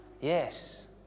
Yes